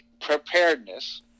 preparedness